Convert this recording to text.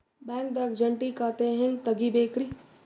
ಬ್ಯಾಂಕ್ದಾಗ ಜಂಟಿ ಖಾತೆ ಹೆಂಗ್ ತಗಿಬೇಕ್ರಿ?